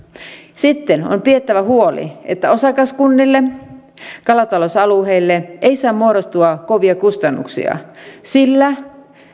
sitten on pidettävä huoli että osakaskunnille kalatalousalueille ei saa muodostua kovia kustannuksia sillä